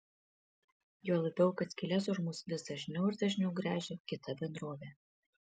juo labiau kad skyles už mus vis dažniau ir dažniau gręžia kita bendrovė